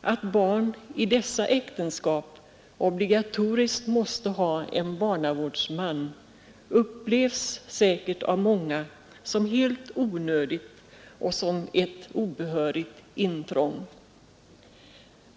Att barn i dessa äktenskap obligatoriskt måste ha en barnavårdsman upplevs säkert av många som helt onödigt och som ett obehörigt intrång.